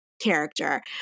Character